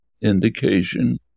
indication